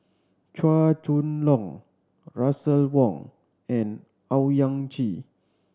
Chua Chong Long Russel Wong and Owyang Chi